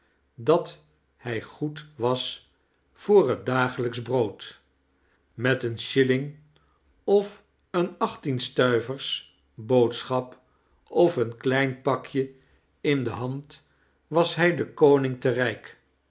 dat hij goed was voor het dagelijksch brood met een shilling of een achttienstuivers boodsohap of een klein pakje in de hand was hij den koning te rijk